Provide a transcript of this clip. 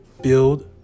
build